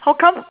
how come